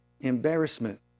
embarrassment